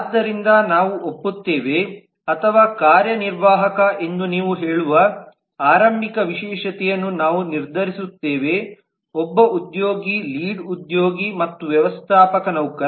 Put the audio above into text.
ಆದ್ದರಿಂದ ನಾವು ಒಪ್ಪುತ್ತೇವೆ ಅಥವಾ ಕಾರ್ಯನಿರ್ವಾಹಕ ಎಂದು ನೀವು ಹೇಳುವ ಆರಂಭಿಕ ವಿಶೇಷತೆಯನ್ನು ನಾವು ನಿರ್ಧರಿಸುತ್ತೇವೆ ಒಬ್ಬ ಉದ್ಯೋಗಿ ಲೀಡ್ ಉದ್ಯೋಗಿ ಮತ್ತು ವ್ಯವಸ್ಥಾಪಕ ನೌಕರ